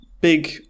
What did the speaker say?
Big